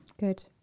good